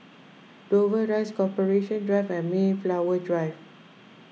Dover Rise Corporation Drive and Mayflower Drive